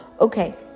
okay